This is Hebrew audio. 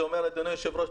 אדוני היושב-ראש,